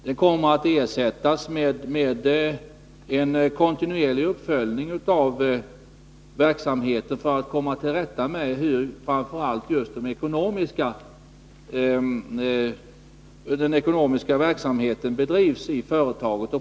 Den kommer att ersättas med en kontinuerlig uppföljning för att man skall kunna se framför allt hur den ekonomiska verksamheten bedrivs i företagen.